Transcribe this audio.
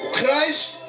Christ